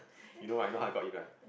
you know how I got in one